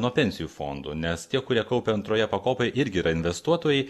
nuo pensijų fondų nes tie kurie kaupia antroje pakopoj irgi yra investuotojai